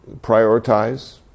Prioritize